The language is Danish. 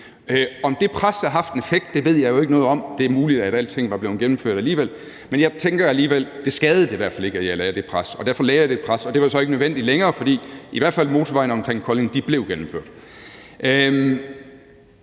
Om det pres har haft en effekt, ved jeg jo ikke noget om. Det er muligt, at alting var blevet gennemført alligevel, men jeg tænker, at det i hvert fald ikke skadede, at jeg lagde det pres, og derfor lagde jeg det pres. Det var jo så ikke nødvendigt længere, fordi i hvert fald motorvejene omkring Kolding blev gennemført. Det